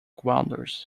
wanders